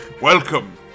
Welcome